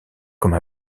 comme